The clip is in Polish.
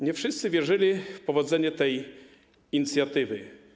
Nie wszyscy wierzyli w powodzenie tej inicjatywy.